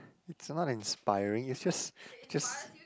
it's someone inspiring it's just it just